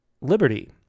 Liberty